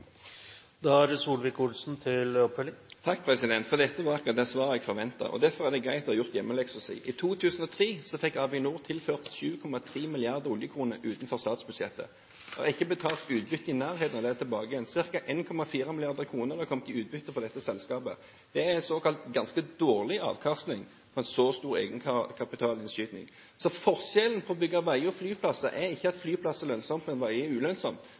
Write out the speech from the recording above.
Det var akkurat det svaret jeg forventet. Derfor er det greit å ha gjort hjemmeleksen sin. I 2003 fikk Avinor tilført 7,3 mrd. oljekroner utenfor statsbudsjettet. Det er ikke betalt utbytte i nærheten av dette tilbake igjen. Det er kommet ca. 1,4 mrd. kr i utbytte fra dette selskapet, og det er en ganske dårlig avkastning på en så stor egenkapitalinnskyting. Forskjellen på det å bygge veier og flyplasser er ikke at flyplasser